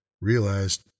realized